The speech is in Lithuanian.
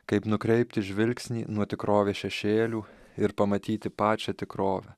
kaip nukreipti žvilgsnį nuo tikrovės šešėlių ir pamatyti pačią tikrovę